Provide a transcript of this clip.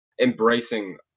embracing